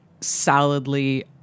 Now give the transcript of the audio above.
solidly